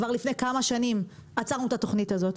כבר לפני כמה שנים עצרנו את התוכנית הזאת,